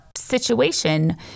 situation